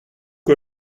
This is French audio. que